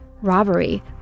robbery